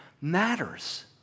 matters